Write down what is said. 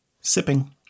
sipping